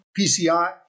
PCI